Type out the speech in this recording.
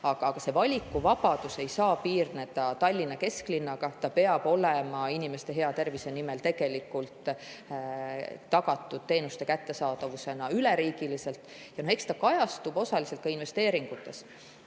Aga see valikuvabadus ei saa piirneda Tallinna kesklinnaga, see peab olema inimeste hea tervise nimel tagatud teenuste kättesaadavusena üle riigi. Eks see kajastub osaliselt ka investeeringutes.